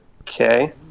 Okay